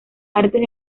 artes